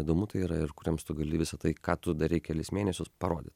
įdomu tai yra ir kuriems tu gali visa tai ką tu darei kelis mėnesius parodyti